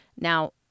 Now